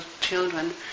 children